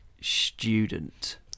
Student